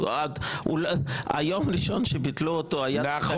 את היום הראשון שביטלו --- נכון,